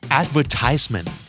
advertisement